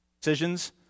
decisions